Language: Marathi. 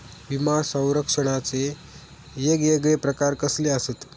विमा सौरक्षणाचे येगयेगळे प्रकार कसले आसत?